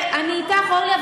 אורלי,